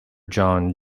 john